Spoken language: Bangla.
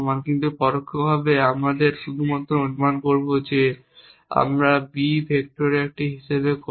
কিন্তু পরোক্ষভাবে আমরা শুধু অনুমান করব যে আমরা একটি b এর ভেক্টর হিসাবে করব